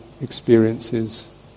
experiences